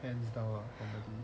and style ah comedy